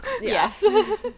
Yes